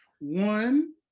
one